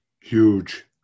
Huge